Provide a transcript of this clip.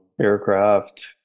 aircraft